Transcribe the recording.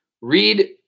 Read